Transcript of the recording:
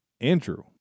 Andrew